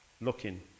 looking